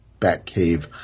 Batcave